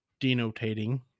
denotating